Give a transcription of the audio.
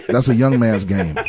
that's a young man's game,